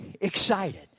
excited